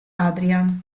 adrian